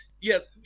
yes